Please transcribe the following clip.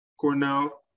Cornell